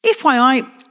FYI